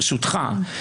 ברשותך,